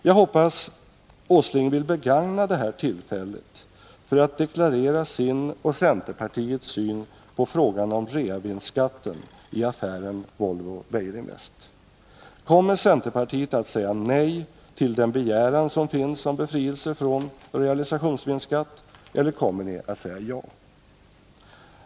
Jag hoppas att Nils Åsling vill begagna det här tillfället för att deklarera sin och centerpartiets syn på frågan om reavinstskatten i affären Volvo-Beijerinvest. Kommer centerpartiet att säga nej till den begäran som finns om befrielse från realisationsvinstskatt eller kommer ni att säga ja?